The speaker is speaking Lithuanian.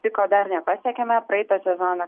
piko dar nepasiekėme praeitą sezoną